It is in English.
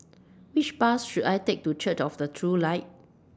Which Bus should I Take to Church of The True Light